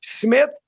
Smith